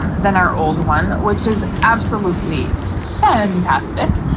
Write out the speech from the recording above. um then our old one, which is absolutely fantastic.